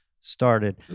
started